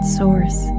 source